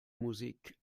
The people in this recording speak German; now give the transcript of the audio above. musik